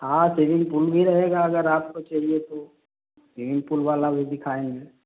हाँ swimming pool भी रहेगा अगर आपको चाहिए तो स्विमिंग पूल वाला भी दिखाएँगे